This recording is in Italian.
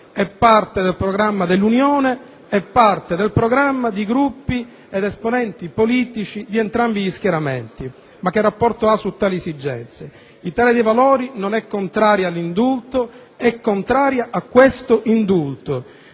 è parte del programma dell'Unione, è parte del programma di gruppi ed esponenti politici di entrambi gli schieramenti. Ma che rapporto ha con tali esigenze? Italia dei Valori non è contraria all'indulto, è contraria a questo indulto.